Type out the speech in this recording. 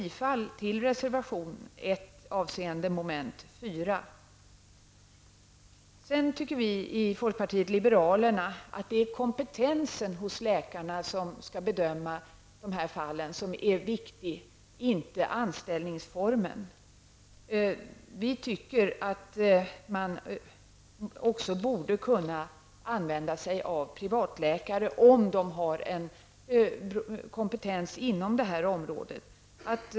Sedan tycker vi i folkpartiet liberalerna att det viktiga är kompetensen hos läkarna som skall bedöma fallen, inte anställningsformen. Vi tycker att man också borde kunna använda sig av privatläkare, om de har en kompetens inom det här området.